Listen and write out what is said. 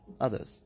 others